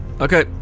Okay